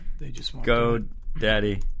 GoDaddy